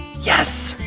yes!